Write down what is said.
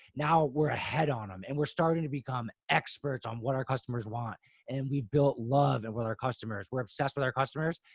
now we're ahead on them. um and we're starting to become experts on what our customers want and we've built love. and with our customers, we're obsessed with our customers.